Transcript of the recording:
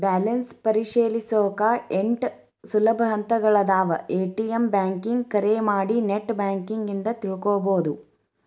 balance ಪರಿಶೇಲಿಸೊಕಾ ಎಂಟ್ ಸುಲಭ ಹಂತಗಳಾದವ ಎ.ಟಿ.ಎಂ ಬ್ಯಾಂಕಿಂಗ್ ಕರೆ ಮಾಡಿ ನೆಟ್ ಬ್ಯಾಂಕಿಂಗ್ ಇಂದ ತಿಳ್ಕೋಬೋದು